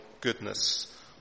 Goodness